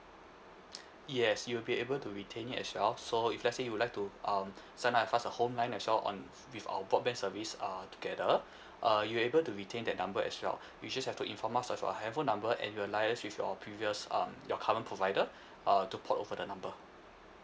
yes you'll be able to retain it as well so if let's say you would like to um sign up with us a home line as well on with our broadband service uh together uh you able to retain that number as well you just have to inform us of your handphone number and we'll liaise with your previous um your current provider uh to port over the number